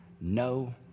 no